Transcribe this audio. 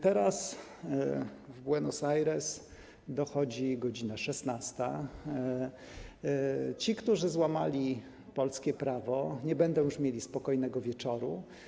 Teraz w Buenos Aires dochodzi godz. 16. Ci, którzy złamali polskie prawo, nie będą już mieli spokojnego wieczoru.